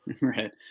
Right